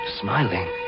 smiling